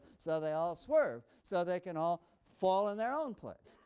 so they all swerve so they can all fall in their own place.